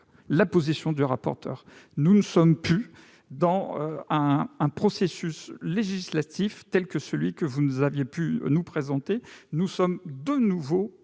la position du rapporteur : nous ne sommes plus dans un processus législatif tel que celui que vous nous aviez pu nous présenter, monsieur le